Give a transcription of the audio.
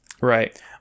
Right